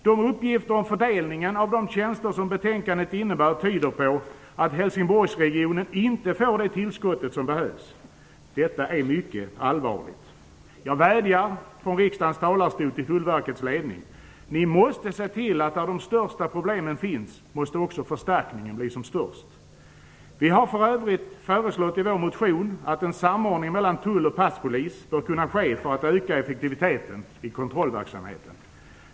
De uppgifter om fördelning av tjänsterna som betänkandet innehåller tyder på att Helsingborgsregionen inte får det tillskott som behövs. Detta är mycket allvarligt. Jag vädjar från riksdagens talarstol till Tullverkets ledning att se till att förstärkningen blir kraftigast där problemen är som störst. Vi har för övrigt föreslagit i vår motion att en samordning mellan tull och passpolis skall kunna ske för att öka effektiviteten i kontrollverksamheten.